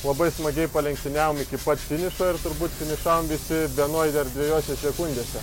labai smagiai palenktyniavom iki pat finišo ir turbūt finišavom visi vienoj ar dviejose sekundėse